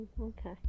okay